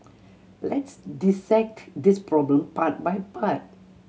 let's dissect this problem part by part